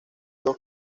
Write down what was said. dos